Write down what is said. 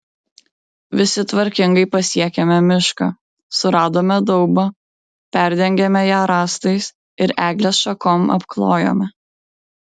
visi tvarkingai pasiekėme mišką suradome daubą perdengėme ją rąstais ir eglės šakom apklojome